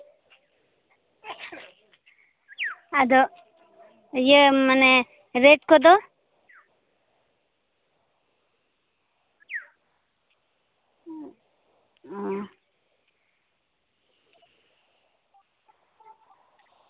ᱟᱫᱚ ᱤᱭᱟᱹ ᱢᱟᱱᱮ ᱨᱮᱹᱴ ᱠᱚᱫᱚ